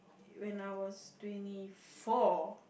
when I was twenty four